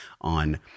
on